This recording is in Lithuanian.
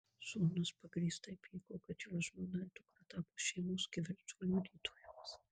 sūnus pagrįstai pyko kad jo žmona ir dukra tapo šeimos kivirčo liudytojomis